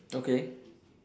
okay